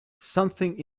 something